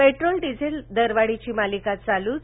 petrol diesel दरवाढीची मालिका चालूच